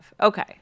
Okay